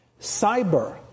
Cyber